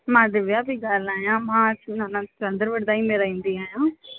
मां दिव्या पेई ॻाल्हायां मां जूनागढ़ चंदरवरदाई में रहंदी आहियां